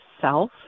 self